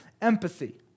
empathy